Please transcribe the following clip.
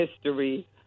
history